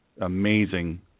amazing